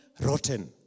rotten